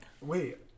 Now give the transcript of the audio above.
Wait